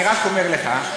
אני רק אומר לך,